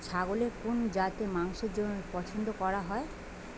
ছাগলের কোন জাতের মাংসের জন্য পছন্দ করা হয়?